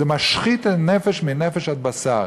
זה משחית נפש מנפש עד בשר.